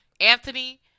Anthony